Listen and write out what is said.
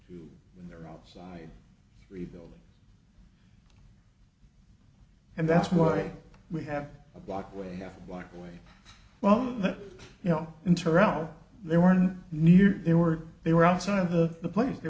to when they're outside rebuilding and that's what we have a block away half a block away well you know in toronto they were and knew they were they were outside of the place they